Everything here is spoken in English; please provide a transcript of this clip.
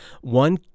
One